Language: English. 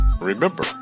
remember